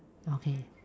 okay